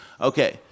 Okay